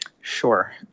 Sure